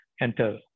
enter